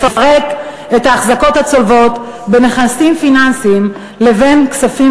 לפרק את האחזקות הצולבות בין נכסים פיננסיים לבין כספים